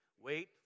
Wait